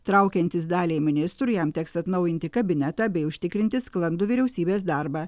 traukiantis daliai ministrų jam teks atnaujinti kabinetą bei užtikrinti sklandų vyriausybės darbą